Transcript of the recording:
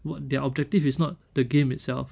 what their objective is not the game itself